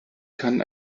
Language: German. kann